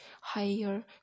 higher